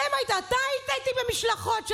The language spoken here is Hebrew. אתה היית איתי במשלחות,